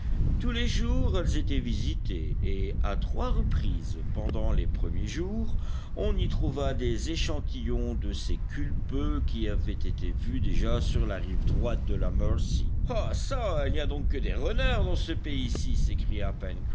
tous les jours elles étaient visitées et à trois reprises pendant les premiers jours on y trouva des échantillons de ces culpeux qui avaient été vus déjà sur la rive droite de la mercy ah çà il n'y a donc que des renards dans ce pays-ci s'écria